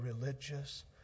religious